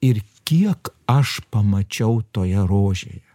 ir kiek aš pamačiau toje rožėje